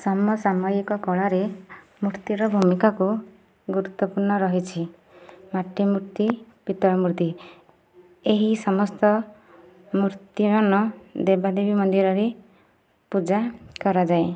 ସମସାମୟିକ କଳାରେ ମୂର୍ତ୍ତିର ଭୂମିକାକୁ ଗୁରୁତ୍ଵପୂର୍ଣ୍ଣ ରହିଛି ମାଟି ମୂର୍ତ୍ତି ପିତଳ ମୂର୍ତ୍ତି ଏହି ସମସ୍ତ ମୂର୍ତ୍ତିମାନ ଦେବା ଦେବୀ ମନ୍ଦିରରେ ପୂଜା କରାଯାଏ